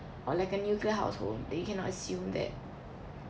or like a nuclear household then you cannot assume that